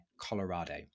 Colorado